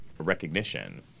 recognition